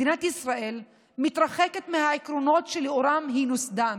מדינת ישראל מתרחקת מהעקרונות שלאורם היא נוסדה.